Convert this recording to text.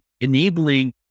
enabling